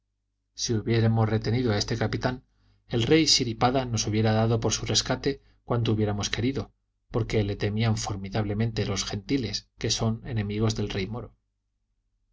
si hubiésemos retenido a este capitán el rey siripada nos hubiera dado por su rescate cuanto hubiésemos querido porque le temían formidablemente los gentiles que son enemigos del rey moro